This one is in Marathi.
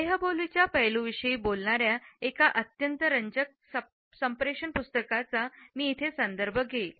देहबोली च्या पैलू विषयी बोलणार्या एका अत्यंत रंजक संप्रेषण पुस्तकाचा मी संदर्भ घेईन